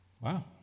Wow